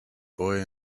boy